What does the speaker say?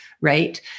right